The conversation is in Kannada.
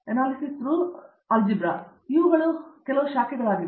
ಆದ್ದರಿಂದ ಇವುಗಳು ಕೆಲವು ಶಾಖೆಗಳಾಗಿವೆ